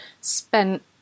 spent